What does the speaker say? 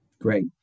Great